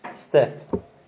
step